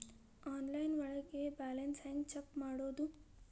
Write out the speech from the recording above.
Online ಒಳಗೆ balance ಹ್ಯಾಂಗ check ಮಾಡೋದು?